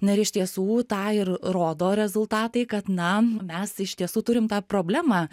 na ir iš tiesų tą ir rodo rezultatai kad na mes iš tiesų turim tą problemą